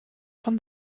von